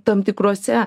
tam tikruose